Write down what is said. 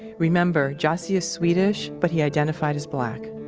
remember, jassy is swedish, but he identified as black